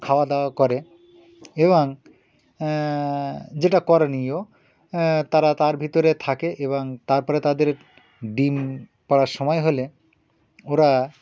খাওয়াদাওয়া করে এবং যেটা করণীয় তারা তার ভিতরে থাকে এবং তারপরে তাদের ডিম পাড়ার সময় হলে ওরা